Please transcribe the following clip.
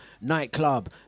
nightclub